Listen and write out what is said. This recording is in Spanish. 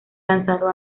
lanzado